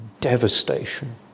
devastation